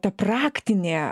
ta praktinė